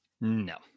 No